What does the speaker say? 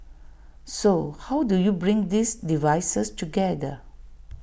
so how do you bring these devices together